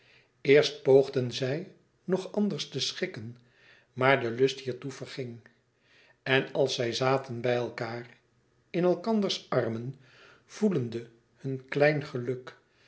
eerst poogden zij nog anders te schikken maar de lust hiertoe verging en als zij zaten bij elkaâr in elkanders armen voelende hun klein geluk